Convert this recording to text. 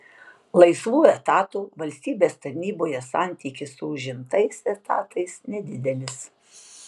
laisvų etatų valstybės tarnyboje santykis su užimtais etatais nedidelis